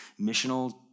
missional